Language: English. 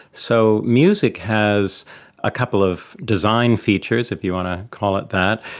so music has a couple of design features, if you want to call it that,